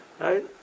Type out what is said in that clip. right